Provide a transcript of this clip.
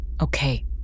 Okay